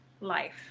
life